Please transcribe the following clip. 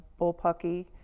bullpucky